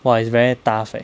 !wah! it's very tough leh